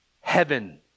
heaven